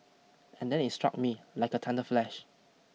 and then it struck me like a thunder flash